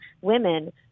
women